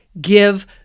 give